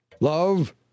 Love